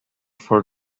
for